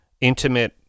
intimate